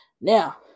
Now